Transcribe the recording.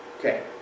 Okay